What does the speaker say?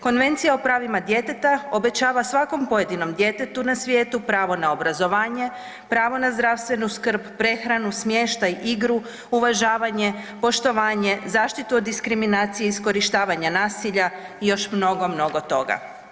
Konvencija o pravima djeteta obećava svakom pojedinom djetetu na svijetu pravo na obrazovanje, pravo na zdravstvenu skrb, prehranu, smještaj, igru, uvažavanje, poštovanje, zaštitu od diskriminacije, iskorištavanja nasilja i još mnogo, mnogo toga.